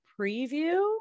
preview